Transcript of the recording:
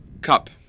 Cup